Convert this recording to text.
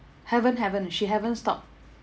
haven't haven't she haven't stopped